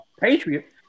patriot